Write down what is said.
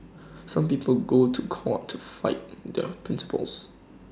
some people go to court to fight their principles